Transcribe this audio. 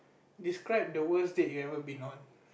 describe the worst date you ever been on